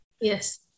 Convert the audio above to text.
Yes